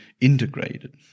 integrated